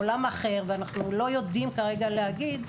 עולם אחר ואנחנו לא יודעים כרגע לומר.